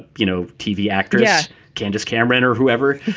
you know, tv actress yeah candace cameron or whoever.